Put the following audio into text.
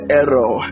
error